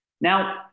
Now